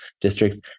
districts